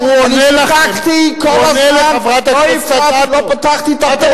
הוא עונה לכם, הוא עונה לחברת הכנסת אדטו.